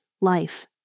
life